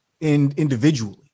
individually